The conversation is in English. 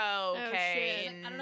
Okay